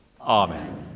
Amen